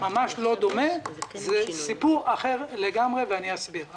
ממש לא דומה, זה סיפור אחר לגמרי, ואסביר.